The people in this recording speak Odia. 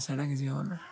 ସେଟା କିିିଛି ହେବାର ନାହିଁ